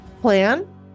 plan